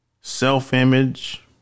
Self-image